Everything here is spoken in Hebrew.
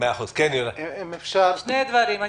שני דברים.